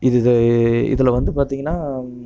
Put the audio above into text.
இது இதில் வந்து பார்த்திங்கன்னா